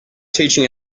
teaching